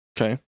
Okay